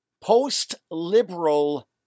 post-liberal